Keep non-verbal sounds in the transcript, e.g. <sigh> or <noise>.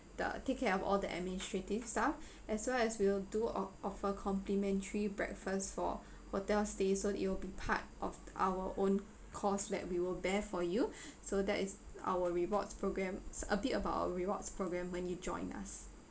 the take care of all the administrative stuff <breath> as well as we will do or offer complimentary breakfast for hotel stays so it will be part of our own cost that we will bear for you <breath> so that is our rewards programs a bit about rewards program when you join us